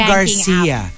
Garcia